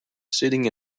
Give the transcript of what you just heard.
sitting